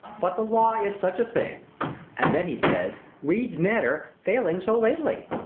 but the law is such a thing and then he says, read's matter falling so lately.